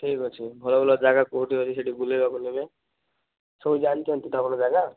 ଠିକ୍ ଅଛି ଭଲ ଭଲ ଜାଗା କେଉଁଠି ଅଛି ସେଠି ବୁଲେଇବ ଭଲରେ ସବୁ ଜାଣିଛନ୍ତି ତ ଭଲ ଜାଗା